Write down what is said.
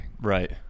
Right